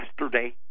yesterday